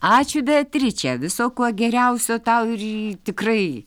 ačiū beatriče viso ko geriausio tau ir tikrai